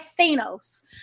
Thanos